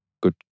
good